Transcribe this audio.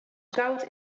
koud